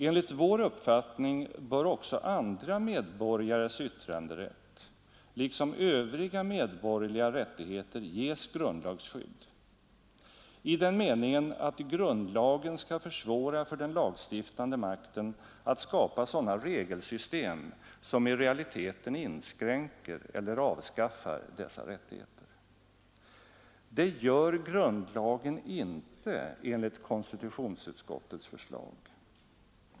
Enligt vår uppfattning bör också andra medborgares yttranderätt liksom övriga medborgerliga rättigheter ges grundlagsskydd — i den meningen att grundlagen skall försvåra för den lagstiftande makten att skapa sådana regelsystem, som i realiteten inskränker eller avskaffar dessa rättigheter. Det gör grundlagen inte enligt konstitutionsutskottets förslag.